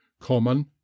Common